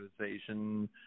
organization